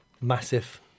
massive